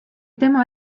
tema